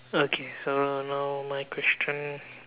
okay so now my question